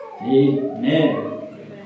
Amen